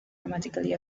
dramatically